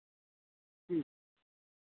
ठीक